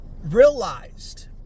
realized